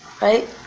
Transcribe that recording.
right